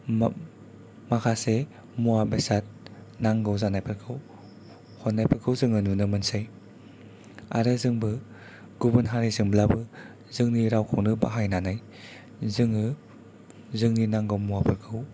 माखासे मुवा बेसाद नांगौ जानायफोरखौ हरनायफोरखौ जोङो नुनो मोनसै आरो जोंबो गुबुन हारिजोंब्लाबो जोंनि रावखौनो बाहायनानै जोङो जोंनि नांगौ मुवाफोरखौ